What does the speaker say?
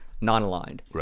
non-aligned